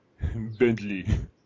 Bentley